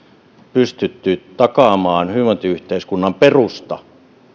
pystyneet takaamaan hyvinvointiyhteiskunnan perustan